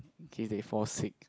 in case they fall sick